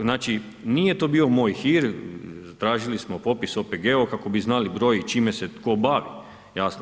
Znači, nije to bio moj hir, tražili smo popis OPG-ova kako bi znali broj i čime se tko bavi, jasno?